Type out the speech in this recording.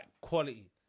quality